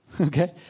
Okay